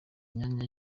myanya